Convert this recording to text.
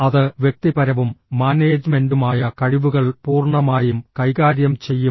അത് വ്യക്തിപരവും മാനേജ്മെന്റുമായ കഴിവുകൾ പൂർണ്ണമായും കൈകാര്യം ചെയ്യും